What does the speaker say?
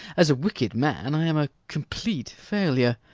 as a wicked man i am a complete failure.